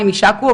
למתמחים,